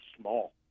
small